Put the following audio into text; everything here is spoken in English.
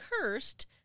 cursed